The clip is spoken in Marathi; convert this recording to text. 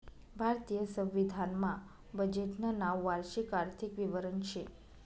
भारतीय संविधान मा बजेटनं नाव वार्षिक आर्थिक विवरण शे